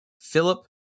Philip